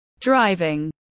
driving